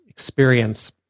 experience